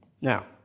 now